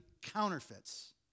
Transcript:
counterfeits